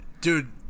Dude